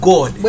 God